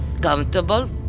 comfortable